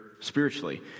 spiritually